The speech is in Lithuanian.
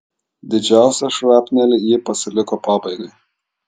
didžiausią šrapnelį ji pasiliko pabaigai